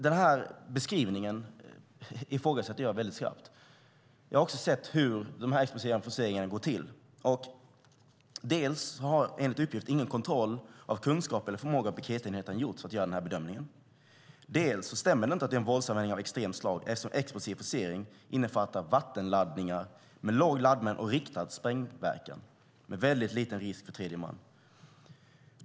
Jag ifrågasätter väldigt skarpt den beskrivningen. Jag har sett hur dessa explosiva forceringar går till. Det har dels enligt uppgift inte gjorts någon kontroll hos piketenheten för att göra den här bedömningen, dels stämmer det inte att det är en våldsanvändning av extremt slag. Explosiv forcering innefattar vattenladdningar med låg laddning med riktad sprängverkan med väldigt liten risk för tredje man.